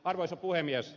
arvoisa puhemies